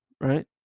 right